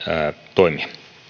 toimia